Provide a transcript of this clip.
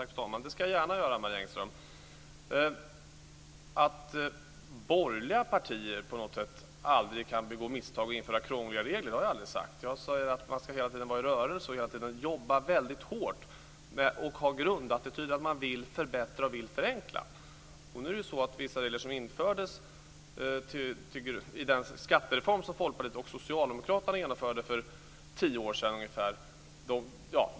Fru talman! Det ska jag gärna göra, Marie Engström. Att borgerliga partier på något sätt aldrig kan begå misstag och införa krångliga regler har jag aldrig sagt. Jag sade att man hela tiden ska vara i rörelse, hela tiden jobba väldigt hårt och ha grundattityden att man vill förbättra och vill förenkla. Folkpartiet och Socialdemokraterna genomförde för ungefär tio år sedan.